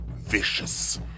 vicious